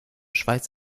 schweiz